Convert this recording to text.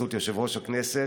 בחסות יושב-ראש הכנסת,